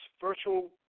virtual